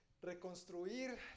reconstruir